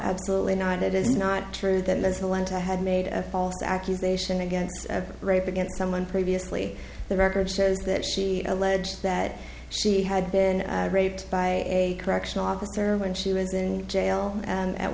absolutely not it is not true that was the one to had made a false accusation against rape against someone previously the record says that she alleged that she had been raped by a correctional officer when she was in jail and at